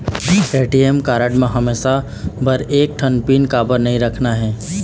ATM card म हमेशा बर एक ठन पिन काबर नई रखना हे?